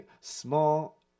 small